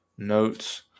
notes